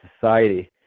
society